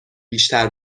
بیشتر